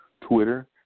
Twitter